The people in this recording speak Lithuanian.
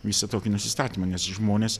visą tokį nusistatymą nes žmonės